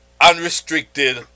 unrestricted